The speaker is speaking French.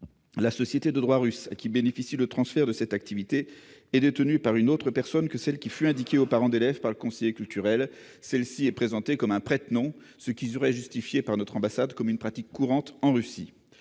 la société de droit russe à qui bénéficie le transfert de cette activité est détenue par une autre personne que celle qui fut indiquée aux parents d'élèves par le conseiller culturel : elle est présentée comme un prête-nom, ce qui serait justifié par notre ambassade comme une pratique courante en Russie.